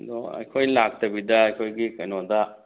ꯑꯗꯣ ꯑꯩꯈꯣꯏ ꯂꯥꯛꯇꯕꯤꯗ ꯑꯩꯈꯣꯏꯒꯤ ꯀꯩꯅꯣꯗ